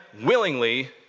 willingly